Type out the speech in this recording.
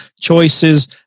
choices